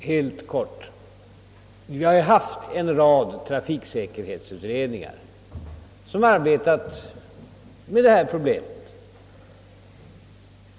Herr talman! Jag skall fatta mig helt kort. Vi har ju haft en rad trafiksäkerhetsutredningar som arbetat med detta problem.